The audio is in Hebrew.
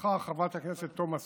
נכחה חברת הכנסת תומא סלימאן,